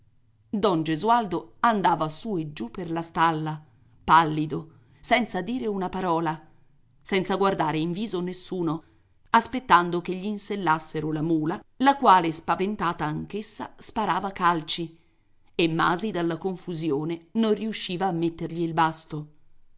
don gesualdo andava su e giù per la stalla pallido senza dire una parola senza guardare in viso nessuno aspettando che gl'insellassero la mula la quale spaventata anch'essa sparava calci e masi dalla confusione non riusciva a mettergli il basto